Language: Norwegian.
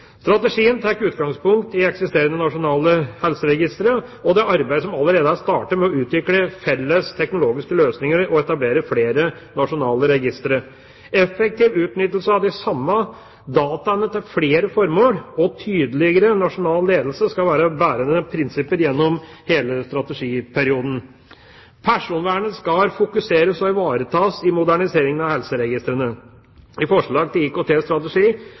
Strategien tar utgangspunkt i eksisterende nasjonale helseregistre og det arbeidet som allerede er startet med å utvikle felles teknologiske løsninger og etablere flere nasjonale registre. Effektiv utnyttelse av de samme dataene til flere formål og tydeligere nasjonal ledelse skal være bærende prinsipper gjennom hele strategiperioden. Personvernet skal fokuseres og ivaretas i moderniseringen av helseregistrene. I forslaget til